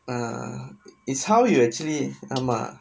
ah it's how you actually ஆமா:aamaa